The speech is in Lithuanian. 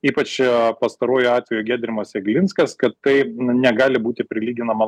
ypač pastaruoju atveju giedrimas jeglinskas kad tai negali būti prilyginama